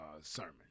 Sermon